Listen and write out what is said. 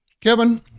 kevin